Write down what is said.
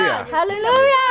Hallelujah